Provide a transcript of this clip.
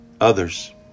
Others